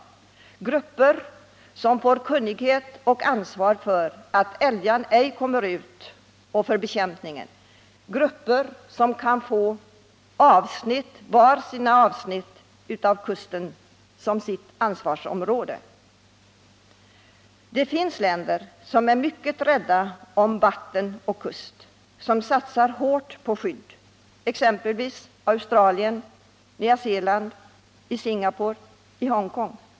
Dessa grupper får då lära sig att ta ansvaret vid oljeutsläpp och för bekämpningen av oljan. De kunde få var sin sträcka av kusten som sitt ansvarsområde. Det finns länder som är mycket rädda om vatten och kuster och som satsar hårt på skydd, exempelvis Australien, Nya Zeeland, Singapore och Hongkong.